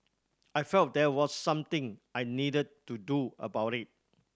I felt there was something I needed to do about it